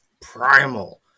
Primal